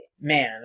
man